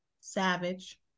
Savage